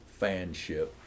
fanship